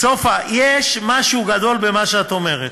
סופה, יש משהו גדול במה שאת אומרת,